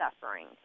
suffering